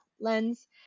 lens